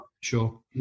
Sure